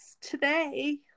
today